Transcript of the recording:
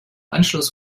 anschluss